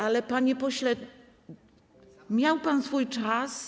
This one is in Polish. Ale, panie pośle, miał pan swój czas.